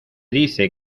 dice